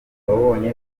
wabonye